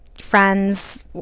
friends